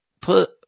put